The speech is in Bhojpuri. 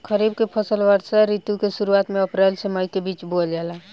खरीफ के फसल वर्षा ऋतु के शुरुआत में अप्रैल से मई के बीच बोअल जाला